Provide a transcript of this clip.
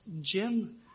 Jim